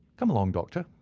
come along, doctor,